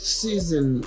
season